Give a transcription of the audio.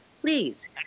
please